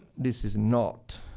this is not,